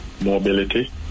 mobility